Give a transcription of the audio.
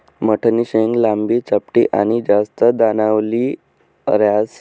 मठनी शेंग लांबी, चपटी आनी जास्त दानावाली ह्रास